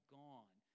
gone